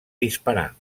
disparar